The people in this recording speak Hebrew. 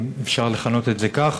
אם אפשר לכנות את זה כך,